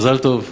מזל טוב.